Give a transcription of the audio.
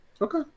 Okay